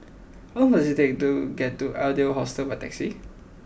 how long does it take to get to Adler Hostel by taxi